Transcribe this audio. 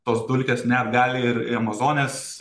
tos dulkės net gali ir ir į amazonės